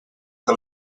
que